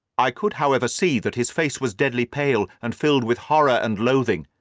i could, however, see that his face was deadly pale and filled with horror and loathing.